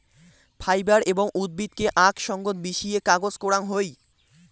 fibre এবং উদ্ভিদকে আক সঙ্গত মিশিয়ে কাগজ করাং হই